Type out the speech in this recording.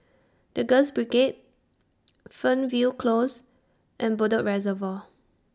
The Girls Brigade Fernvale Close and Bedok Reservoir